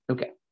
Okay